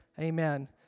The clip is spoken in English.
Amen